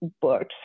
books